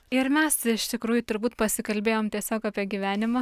ir mes iš tikrųjų turbūt pasikalbėjom tiesiog apie gyvenimą